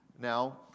now